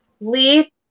lee